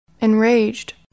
Enraged